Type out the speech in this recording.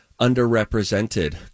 underrepresented